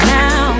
Now